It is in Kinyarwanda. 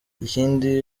ikindi